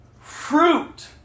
fruit